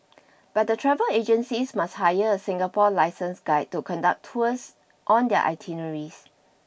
but the travel agencies must hire a Singapore licensed guide to conduct tours on their itineraries